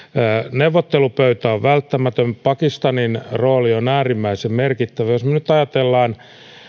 neuvottelupöytä on välttämätön pakistanin rooli on äärimmäisen merkittävä jos me nyt ajattelemme